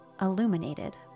illuminated